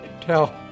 tell